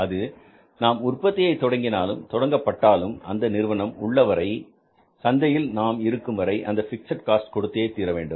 அது நாம் உற்பத்தியை தொடங்கினாலும் தொடங்கப்பட்டாலும் அந்த நிறுவனம் உள்ளவரை சந்தையில் நாம் இருக்கும் வரை அந்த பிக்ஸட் காஸ்ட் கொடுத்தே தீரவேண்டும்